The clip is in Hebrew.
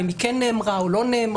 אם היא כן נאמרה או לא נאמרה,